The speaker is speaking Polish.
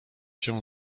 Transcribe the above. się